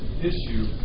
issue